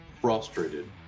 frustrated